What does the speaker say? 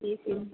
AC room